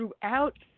throughout